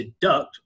deduct